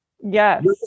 Yes